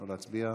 לא להצביע.